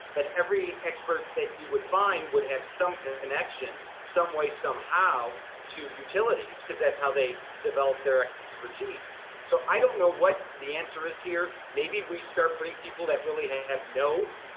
but every expert that you would find would have some connection, some way some how to utilities because that's how they develop their expertise. so i don't know what the answer is here, maybe we start bringing people that really have no